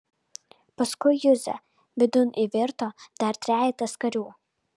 paskui juzę vidun įvirto dar trejetas karių